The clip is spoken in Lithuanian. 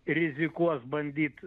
rizikuos bandyt